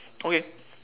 okay